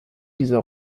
dieser